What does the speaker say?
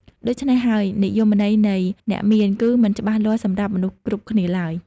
ដូច្នេះហើយ និយមន័យនៃ អ្នកមាន គឺមិនច្បាស់លាស់សម្រាប់មនុស្សគ្រប់គ្នាឡើយ។